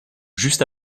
juste